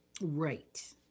Right